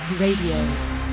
Radio